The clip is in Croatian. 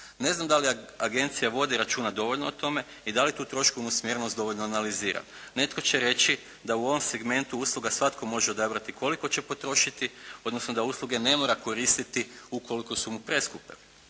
Ne znam da li agencija vodi računa dovoljno o tome i da li tu troškovnu usmjerenost dovoljno analizira. Netko će reći da u ovom segmentu usluga svatko može odabrati koliko će potrošiti, odnosno da usluge ne mora koristiti ukoliko su mu preskupe.